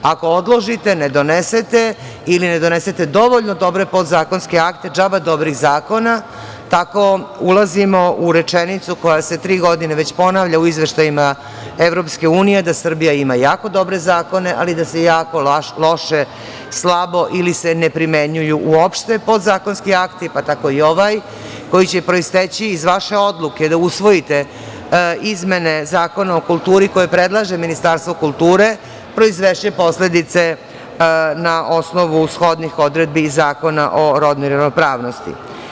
Ako odložite, ne donesete ili ne donesete dovoljno dobre podzakonske akte, džaba dobrih zakona, tako ulazimo u rečenicu koja se tri godine već ponavlja u izveštajima EU - Srbija ima jako dobre zakone, ali da se jako loše, slabo ili se ne primenjuju uopšte, podzakonski akti, pa tako i ovaj, koji će proisteći iz vaše odluke da usvojite izmene Zakona o kulturi koje predlaže Ministarstvo kulture, proizvešće posledice na osnovu shodnih odredbi Zakona o rodnoj ravnopravnosti.